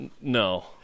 No